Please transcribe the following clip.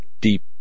deep